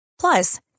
Plus